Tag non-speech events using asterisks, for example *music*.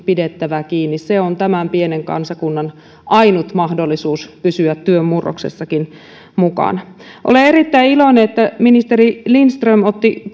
pidettävä kiinni se on tämän pienen kansakunnan ainut mahdollisuus pysyä työn murroksessakin mukana olen erittäin iloinen että ministeri lindström otti *unintelligible*